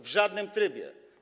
W żadnym trybie.